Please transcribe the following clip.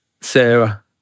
Sarah